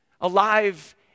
alive